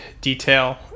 detail